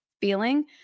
feeling